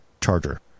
charger